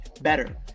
better